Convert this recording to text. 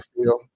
feel